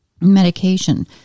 medication